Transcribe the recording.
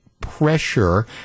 pressure